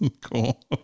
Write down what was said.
Cool